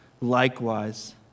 likewise